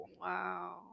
Wow